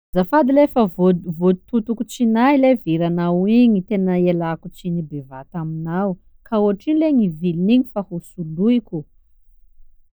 Azafady le fa voa- voatotoko tsy nahy lehy veranao igny, tena ialako tsiny bevata aminao ka hôtrino lehy ny vilin'igny fa hosoloiko.